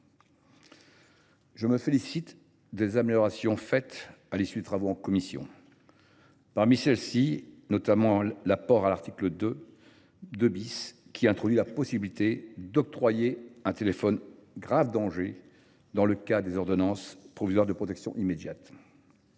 Je me félicite des améliorations issues des travaux de commission. Parmi celles ci, je me réjouis notamment de l’apport de l’article 2, qui introduit la possibilité d’octroyer un téléphone grave danger dans le cadre des ordonnances provisoires de protection immédiate.